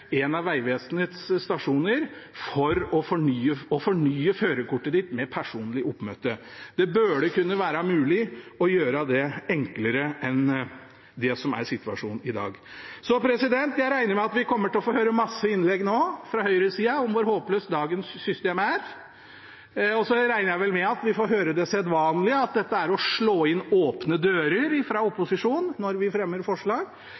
en av Vegvesenets stasjoner for å fornye førerkortet sitt ved personlig oppmøte. Det burde være mulig å gjøre det enklere enn det som er situasjonen i dag. Jeg regner med at vi kommer til å få høre mange innlegg nå om hvor håpløst dagens system er. Jeg regner også med at vi får høre det sedvanlige, at dette er å slå inn åpne dører, når vi i opposisjonen fremmer forslag.